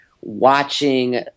watching